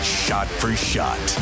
shot-for-shot